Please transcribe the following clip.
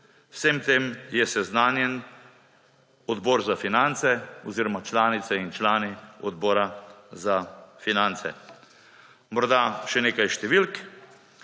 vsem tem je seznanjen Odbor za finance oziroma članice in člani Odbora za finance. Morda še nekaj številk.